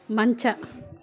ಮಂಚ